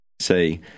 Say